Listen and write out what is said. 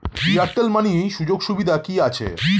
Airtel money সুযোগ সুবিধা কি আছে?